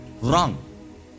wrong